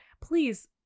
please